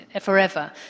forever